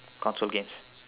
console games